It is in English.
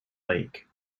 lake